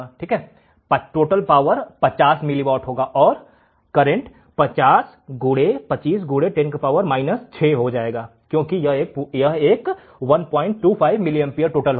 50 milliwatt यह 50 गुणा 25 गुणा 10 पर 6 हो जाएगा क्योंकि यह मिलीएंपियर 125 मिलीएंपियर है